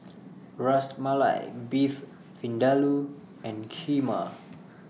Ras Malai Beef Vindaloo and Kheema